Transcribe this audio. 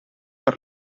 per